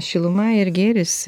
šiluma ir gėris